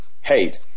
hate